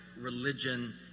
religion